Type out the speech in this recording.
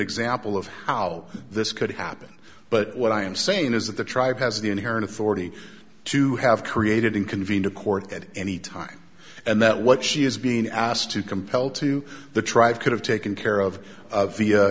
example of how this could happen but what i am saying is that the tribe has the inherent authority to have created in convened a court at any time and that what she is being asked to compel to the tribe could have taken care of